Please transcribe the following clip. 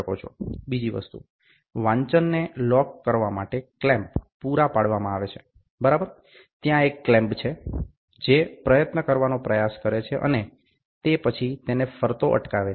બીજી વસ્તુ વાંચનને લોક કરવા માટે ક્લેમ્પ પૂરા પાડવામાં આવે છે બરાબર ત્યાં એક ક્લેમ્બ છે જે પ્રયત્ન કરવાનો પ્રયાસ કરે છે અને તે પછી તેને ફરતા અટકાવે છે